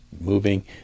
moving